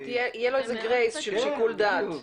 --- יהיה לו איזה גרייס של שיקול דעת.